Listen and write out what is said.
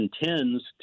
intends